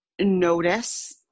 notice